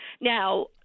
Now